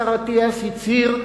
השר אטיאס הצהיר,